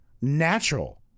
natural